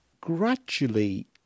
Gradually